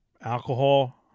Alcohol